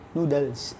Noodles